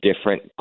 different